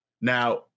Now